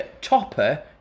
Topper